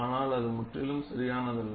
ஆனால் அது முற்றிலும் சரியானதல்ல